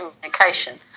communication